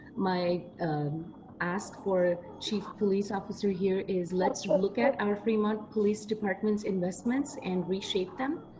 my ask for chief police officer here is let's look at our fremont police department's investments and reshape them.